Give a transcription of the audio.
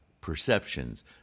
perceptions